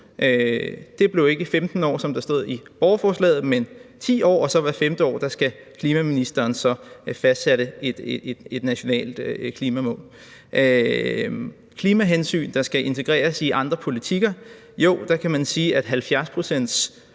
Det blev ikke 15 år, som der stod i borgerforslaget, men 10 år, og hvert femte år skal klimaministeren så fastsætte et nationalt klimamål. Hvad angår det, at klimahensyn skal integreres i andre politikker, kan man sige, at 70-procentsmålet